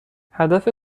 هدف